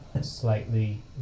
slightly